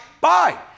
bye